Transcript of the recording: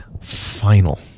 final